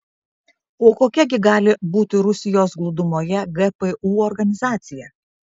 o kokia gi gali būti rusijos glūdumoje gpu organizacija